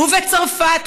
ובצרפת,